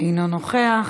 אינו נוכח,